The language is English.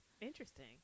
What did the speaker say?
interesting